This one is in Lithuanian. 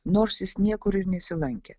nors jis niekur ir nesilankė